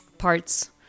parts